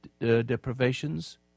deprivations